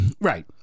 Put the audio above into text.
Right